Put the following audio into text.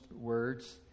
words